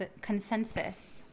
consensus